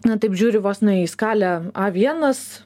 na taip žiūri vos ne į skalę a vienas